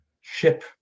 ship